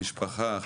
משפחה,